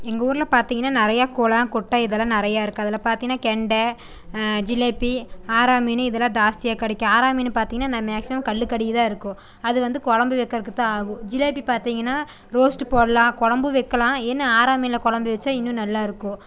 எங்கள் ஊரில் பார்த்தீங்கனா நிறைய குளம் குட்டை இதெல்லாம் நிறையா இருக்குது அதில் பார்த்தீங்கனா கெண்டை ஜிலேபி ஆரா மீன் இதெல்லாம் ஜாஸ்தியா கிடைக்கும் ஆரா மீனு பாத்தீங்கனா மேக்ஸிமம் கல்லுக்கு அடியில்தான் இருக்கும் அது வந்து குழம்பு வைக்கறதுக்குதான் ஆகும் ஜிலேபி பார்த்தீங்கனா ரோஸ்ட்டு போடலாம் குழம்பும் வைக்கலாம் என்ன ஆரா மீனில் குழம்பு வச்சா இன்னும் நல்லா இருக்கும்